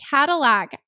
Cadillac